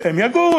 הם לא יגורו.